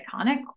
iconic